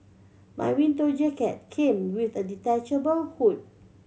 my winter jacket came with a detachable hood